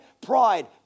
pride